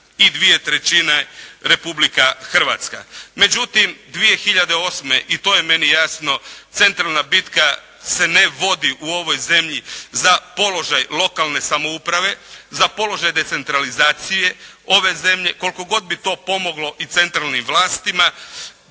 i dvije trećine Republika Hrvatska. Međutim 2008. i to je meni jasno, centralna bitka se ne vodi u ovoj zemlji za položaj lokalne samouprave, za položaj decentralizacije ove zemlje koliko god bi to pomoglo i centralnim vlasatima.